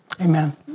Amen